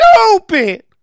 stupid